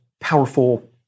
powerful